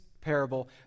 parable